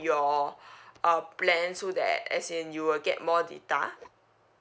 your uh plan so that as in you will get more data